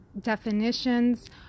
definitions